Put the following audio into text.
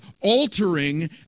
altering